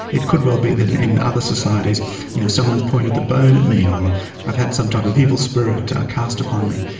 it could well be that in other societies you know someone has pointed the bone at me or i've had some type of evil spirit cast upon me.